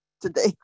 today